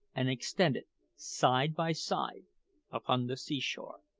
and extended side by side upon the seashore.